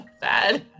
bad